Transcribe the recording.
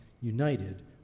united